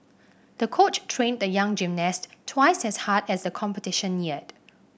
the coach trained the young gymnast twice as hard as the competition neared